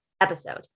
episode